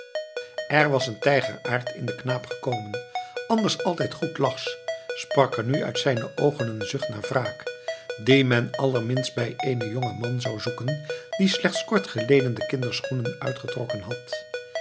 er was een tijgeraard in den knaap gekomen anders altijd goedlachs sprak er nu uit zijne oogen een zucht naar wraak dien men allerminst bij eenen jongen man zou zoeken die slechts kort geleden de kinderschoenen uitgetrokken had